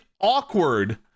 awkward